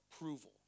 approval